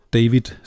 David